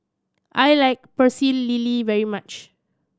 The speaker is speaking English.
I like Pecel Lele very much